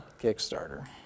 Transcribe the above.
Kickstarter